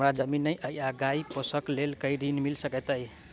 हमरा जमीन नै अई की गाय पोसअ केँ लेल ऋण मिल सकैत अई?